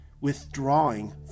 withdrawing